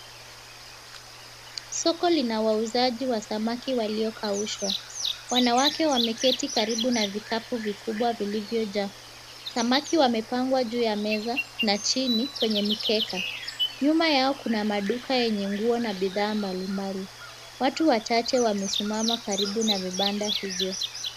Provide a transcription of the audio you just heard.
Soko lina wauzaji wa samaki waliokaushwa. Wanawake wameketi karibu na vikapu vikubwa vilivyojaa. Samaki wamepangwa juu ya meza na chini kwenye mikeka. Nyuma yao kuna maduka yenye nguo na bidhaa mbalimbali. Watu wachache wamesimama karibu na vibanda hivyo.